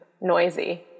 noisy